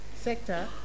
sector